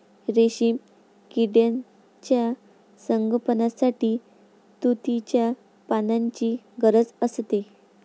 रेशीम किड्यांच्या संगोपनासाठी तुतीच्या पानांची गरज असते